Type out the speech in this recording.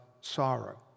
sorrow